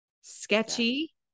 sketchy